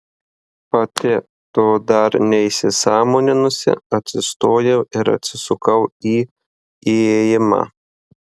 pati to dar neįsisąmoninusi atsistojau ir atsisukau į įėjimą